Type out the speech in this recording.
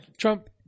Trump